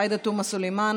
עאידה תומא סלימאן,